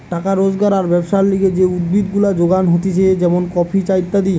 টাকা রোজগার আর ব্যবসার লিগে যে উদ্ভিদ গুলা যোগান হতিছে যেমন কফি, চা ইত্যাদি